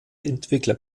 entwickler